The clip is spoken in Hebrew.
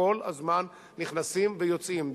כל הזמן נכנסים ויוצאים,